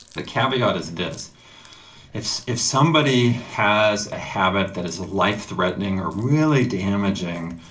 the caveat is this if if somebody has a habit that is life-threatening or really damaging,